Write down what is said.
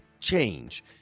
change